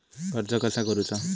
कर्ज कसा करूचा?